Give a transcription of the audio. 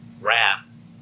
wrath